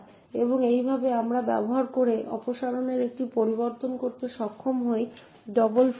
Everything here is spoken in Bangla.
এবং এইভাবে আমরা ব্যবহার করে অপসারণের একটি পরিবর্তন করতে সক্ষম হই ডাবল ফ্রি তে